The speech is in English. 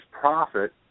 profit